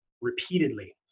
repeatedly